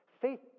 Faith